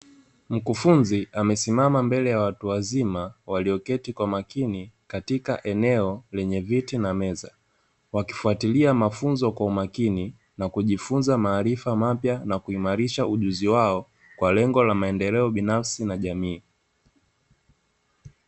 Mkufunzi amesimama mbele ya watu wazima, walioketi kwa makini katika eneo lenye viti na meza, wakifuatilia mafunzo kwa umakini, nakujifunza maarifa mapya, na kuimarisha ujuzi wao, kwa lengo la maendeleo binafsi na jamii.